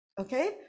okay